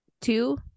two